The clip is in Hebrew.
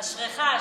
אשריך.